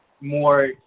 more